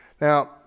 Now